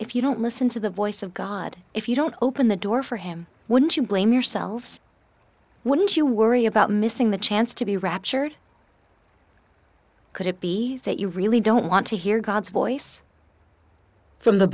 if you don't listen to the voice of god if you don't open the door for him wouldn't you blame yourselves wouldn't you worry about missing the chance to be raptured could it be that you really don't want to hear god's voice from the